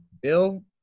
Bill